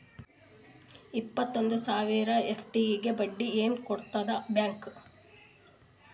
ಇಪ್ಪತ್ತೈದು ಸಾವಿರ ಎಫ್.ಡಿ ಗೆ ಬಡ್ಡಿ ಏನ ಕೊಡತದ ಬ್ಯಾಂಕ್?